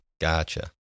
Gotcha